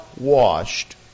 washed